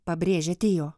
pabrėžė tio